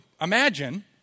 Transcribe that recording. imagine